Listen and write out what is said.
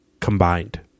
combined